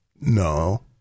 no